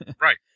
right